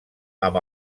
amb